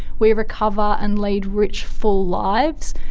we recover and lead rich, full lives.